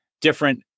different